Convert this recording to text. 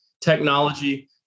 technology